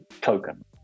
token